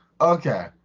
Okay